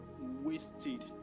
wasted